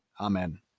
Amen